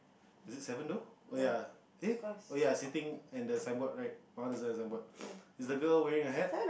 is it seven though oh ya eh oh ya sitting at the signboard right right beside the signboard is the girl wearing a hat